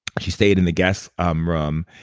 she stayed in the guest um room.